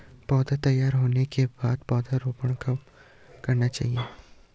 पौध तैयार होने के बाद पौधा रोपण कब करना चाहिए?